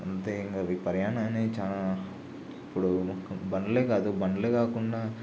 అంతే ఇంకవి ప్రయాణాన్ని చాలా ఇప్పుడు ఒక బండ్లే కాదు బండ్లే కాకుండా